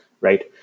right